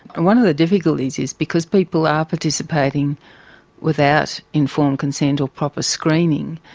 one of the difficulties is, because people are participating without informed consent or proper screening,